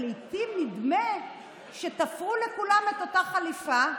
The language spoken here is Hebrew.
ולעיתים נדמה שתפרו לכולם את אותה חליפה,